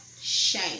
shame